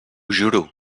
juro